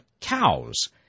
cows